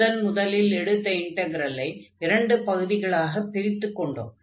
முதன்முதலில் எடுத்த இன்டக்ரலை இரண்டு பகுதிகளாக பிரித்துக் கொண்டோம்